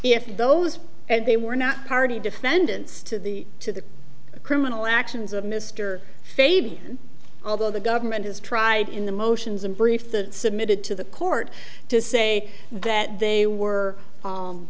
if those and they were not party defendants to the to the criminal actions of mr fabian although the government has tried in the motions and brief the submitted to the court to say that they were